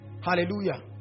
Hallelujah